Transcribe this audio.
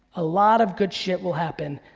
a lot of good shit will happen.